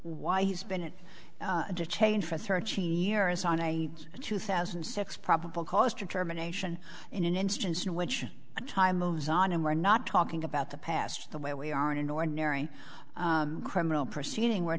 why he's been detained for thirteen years on a two thousand and six probable cause determination in an instance in which time moves on and we're not talking about the past the way we are in an ordinary criminal proceeding we're